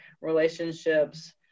relationships